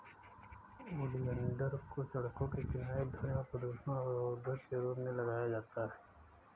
oleander को सड़कों के किनारे ध्वनि और प्रदूषण अवरोधक के रूप में लगाया जाता है